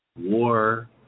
War